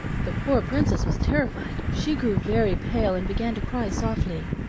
the poor princess was terrified, she grew very pale and began to cry softly.